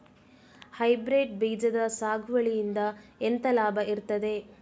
Hybrid ಬೀಜದ ಸಾಗುವಳಿಯಿಂದ ಎಂತ ಲಾಭ ಇರ್ತದೆ?